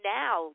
now